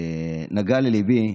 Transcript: נגע לליבי.